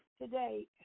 today